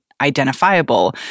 identifiable